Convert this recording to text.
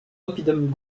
oppidum